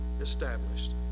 established